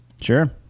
sure